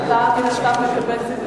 מקבל זיכוי.